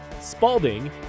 Spalding